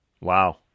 Wow